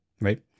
right